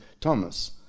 Thomas